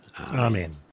Amen